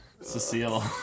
Cecile